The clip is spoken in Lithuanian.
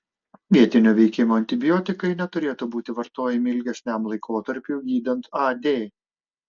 vietinio veikimo antibiotikai neturėtų būti vartojami ilgesniam laikotarpiui gydant ad